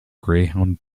greyhound